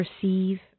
perceive